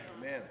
Amen